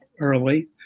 early